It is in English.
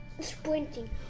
sprinting